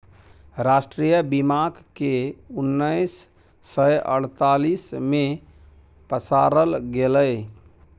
राष्ट्रीय बीमाक केँ उन्नैस सय अड़तालीस मे पसारल गेलै